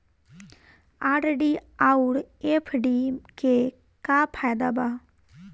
RD आउर FD के का फायदा बा?